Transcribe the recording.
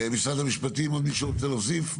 משרד המשפטים, עוד מישהו רוצה להוסיף משהו?